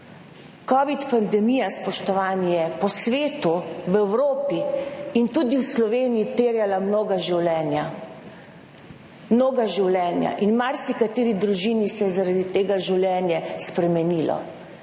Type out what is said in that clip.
Covid pandemija, spoštovana, je po svetu, v Evropi in tudi v Sloveniji terjala mnoga življenja in marsikateri družini se je zaradi tega življenje spremenilo,